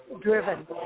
driven